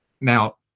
Now